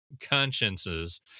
consciences